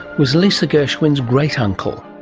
was lisa gershwin's great uncle,